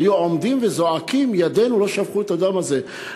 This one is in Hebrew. שהיו עומדים וזועקים: ידינו לא שפכו את הדם הזה.